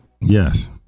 Yes